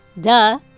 duh